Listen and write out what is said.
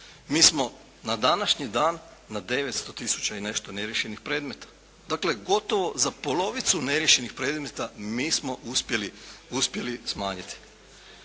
Mi smo na današnji dan na 900 tisuća i nešto neriješenih predmeta. Dakle, gotovo za polovicu neriješenih predmeta mi smo uspjeli smanjiti.